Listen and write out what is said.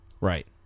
Right